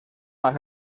más